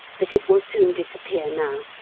but it will soon disappear now.